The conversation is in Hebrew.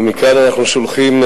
ומכאן אנחנו שולחים,